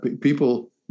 people